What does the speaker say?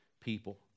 people